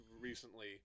recently